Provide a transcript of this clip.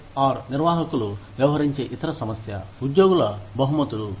H R నిర్వాహకులు వ్యవహరించే ఇతర సమస్య ఉద్యోగుల బహుమతులు